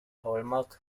hallmark